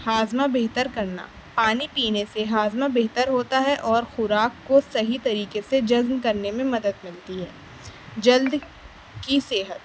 ہاضمہ بہتر کرنا پانی پینے سے ہاضمہ بہتر ہوتا ہے اور خوراک کو صحیح طریقے سے حضم کرنے میں مدد ملتی ہے جلد کی صحت